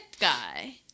guy